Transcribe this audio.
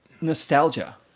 nostalgia